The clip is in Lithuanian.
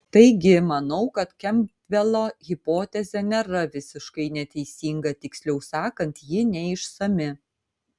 taigi manau kad kempbelo hipotezė nėra visiškai neteisinga tiksliau sakant ji neišsami